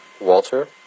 Walter